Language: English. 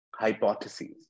hypotheses